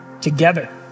together